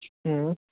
हूं